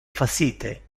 facite